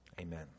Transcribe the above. Amen